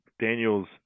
Daniel's